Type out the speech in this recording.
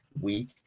week